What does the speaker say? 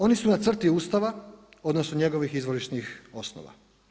Oni su na crti Ustava, odnosno njegovih izvorišnih osnova.